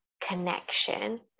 connection